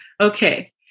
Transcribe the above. Okay